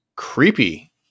Creepy